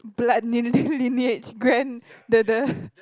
blood ni~ li~ lineage grand the the